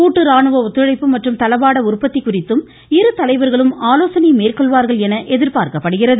கூட்டு ராணுவ ஒத்துழைப்பு மற்றும் தளவாட உற்பத்தி குறித்தும் இருதலைவர்களும் ஆலோசனை மேற்கொள்வார்கள் என எதிர்பார்க்கப்படுகிறது